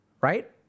Right